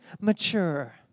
mature